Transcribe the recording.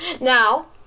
Now